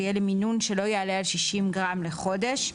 יהיה למינון שלא יעלה על 60 גרם לחודש,